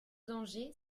danger